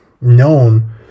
known